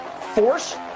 force